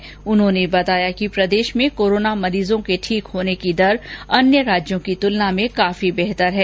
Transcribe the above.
चिकित्सा मंत्री ने बताया कि प्रदेश में कोरोना मरीजों के ठीक होने की दर अन्य राज्यों की तुलना में काफी बेहतर है